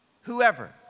whoever